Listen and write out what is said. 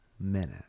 minute